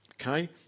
Okay